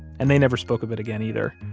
and they never spoke of it again, either,